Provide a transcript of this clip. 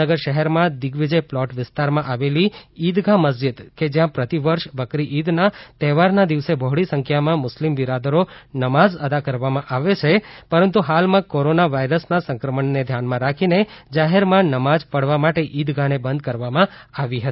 જામનગર શહેરમાં દિગ્વિજય પ્લોટ વિસ્તારમાં આવેલી ઈદગાહ મસ્જિદ કે જ્યાં પ્રતિવર્ષ બકરી ઇદના તહેવારના દિવસે બહોળી સંખ્યામાં મુસ્લિમ બિરાદરો નમાજ અદા કરવા માટે આવે છે પરંતુ હાલમાં કોરોના વાયરસના સંક્રમણને ધ્યાનમાં રાખીને જાહેરમાં નમાજ પઢવા માટે ઇદગાહને બંધ રાખવામાં આવી હતી